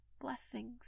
blessings